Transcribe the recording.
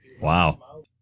Wow